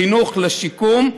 חינוך לשיקום.